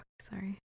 Sorry